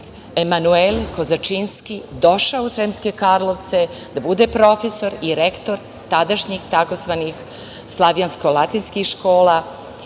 Emanuel Kozačinski došao u Sremske Karlovce da bude profesor i rektor tadašnjih tzv. Slavjansko-latinskih škola